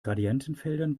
gradientenfeldern